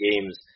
games